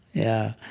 yeah.